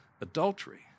adultery